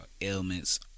ailments